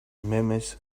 memes